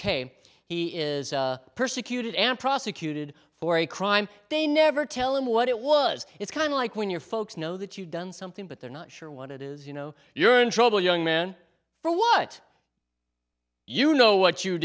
k he is persecuted and prosecuted for a crime they never tell him what it was it's kind of like when your folks know that you've done something but they're not sure what it is you know you're in trouble young man for what you know what you